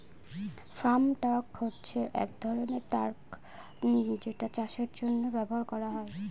farm truck হচ্ছে এক ধরনের ট্র্যাক যেটা চাষের জন্য ব্যবহার করা হয়